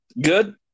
Good